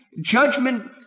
judgment